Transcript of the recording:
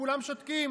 וכולם שותקים.